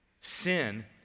Sin